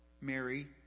Mary